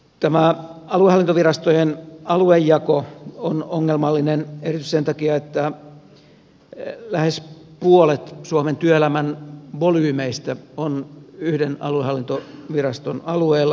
tämä aluehallintovirastojen aluejako on ongelmallinen erityisesti sen takia että lähes puolet suomen työelämän volyymeistä on yhden aluehallintoviraston alueella